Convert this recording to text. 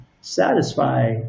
satisfy